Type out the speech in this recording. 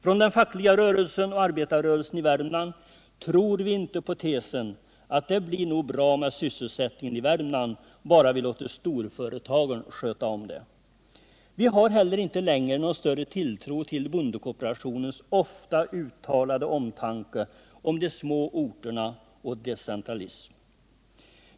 Från den fackliga rörelsen och arbetarrörelsen i Värmland tror vi inte på tesen: Det blir nog bra med sysselsättningen i Värmland bara vi låter storföretagen sköta om det. Vi har inte heller längre någon större tilltro till bondekooperationens ofta uttalade omtanke om de små orterna och decentralism.